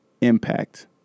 impact